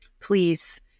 please